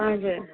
हजुर